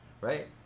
right